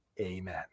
Amen